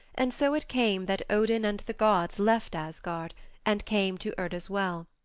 and so it came that odin and the gods left asgard and came to urda's well,